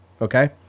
Okay